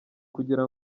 kugira